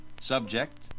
Subject